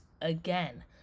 again